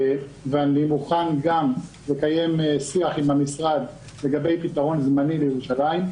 אני מוכן גם לקיים שיח עם המשרד לגבי פתרון זמני לירושלים,